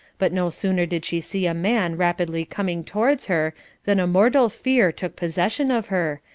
but no sooner did she see a man rapidly coming towards her than a mortal fear took possession of her,